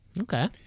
Okay